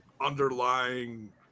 underlying